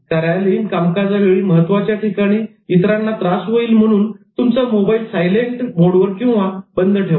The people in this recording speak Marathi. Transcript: कार्यालयीन कामकाजा वेळी महत्त्वाच्या ठिकाणी इतरांना त्रास होईल म्हणून तुमचा मोबाईल सायलेंट मोडवर किंवा बंद ठेवावा